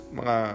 mga